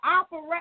operate